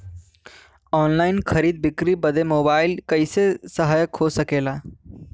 Online खरीद बिक्री बदे मोबाइल कइसे सहायक हो सकेला?